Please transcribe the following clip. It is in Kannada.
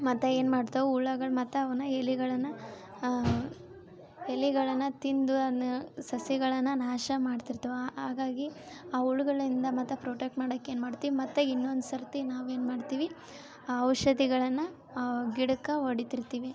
ಮತ್ತೆ ಏನು ಮಾಡ್ತಾವೆ ಹುಳಗಳು ಮತ್ತೆ ಅವನ್ನ ಎಲೆಗಳನ್ನ ಎಲೆಗಳನ್ನ ತಿಂದು ಅನ್ನು ಸಸಿಗಳನ್ನ ನಾಶ ಮಾಡ್ತಿರ್ತಾವೆ ಹಾಗಾಗಿ ಆ ಹುಳಗಳಿಂದ ಮತ್ತೆ ಪ್ರೊಟೆಕ್ಟ್ ಮಾಡ್ಲಿಕ್ಕೆ ಏನು ಮಾಡ್ತೀವಿ ಮತ್ತು ಇನ್ನೊಂದು ಸರ್ತಿ ನಾವೇನು ಮಾಡ್ತೀವಿ ಔಷಧಿಗಳನ್ನ ಗಿಡಕ್ಕೆ ಹೊಡಿತಿರ್ತೀವಿ